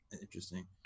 Interesting